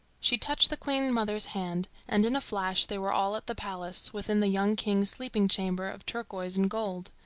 she touched the queen-mother's hand, and in a flash they were all at the palace, within the young king's sleeping chamber of turquoise and gold.